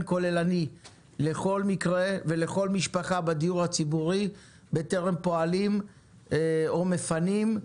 כוללני לכל מקרה ולכל משפחה בדיור הציבורי בטרם פועלים או מפנים,